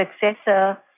successor